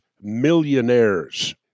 millionaires